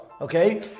okay